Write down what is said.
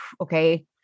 okay